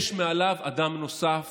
יש מעליו אדם נוסף